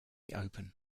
open